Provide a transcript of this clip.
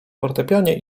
fortepianie